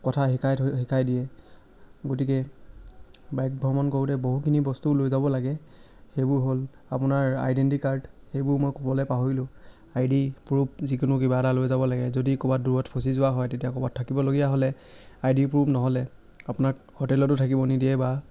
কথা শিকাই থয় শিকাই দিয়ে গতিকে বাইক ভ্ৰমণ কৰোঁতে বহুখিনি বস্তু লৈ যাব লাগে সেইবোৰ হ'ল আপোনাৰ আইডেণ্টিটি কাৰ্ড সেইবোৰ মই ক'বলৈ পাহৰিলোঁ আইডি প্ৰুফ যিকোনো কিবা এটা লৈ যাব লাগে যদি ক'ৰবাত দূৰত ফচি যোৱা হয় তেতিয়া ক'ৰবাত থাকিবলগীয়া হ'লে আইডি প্ৰুফ নহ'লে আপোনাক হোটেলতো থাকিব নিদিয়ে বা